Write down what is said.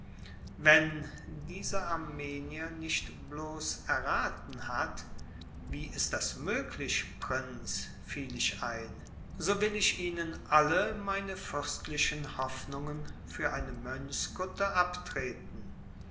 wenn dieser armenier nicht bloß erraten hat wie ist das möglich prinz fiel ich ein so will ich ihnen alle meine fürstlichen hoffnungen für eine mönchskutte abtreten